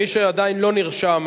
מי שעדיין לא נרשם,